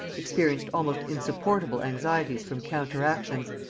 experienced almost insupportable anxieties from counteractions,